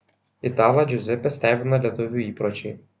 italą džiuzepę stebina lietuvių įpročiai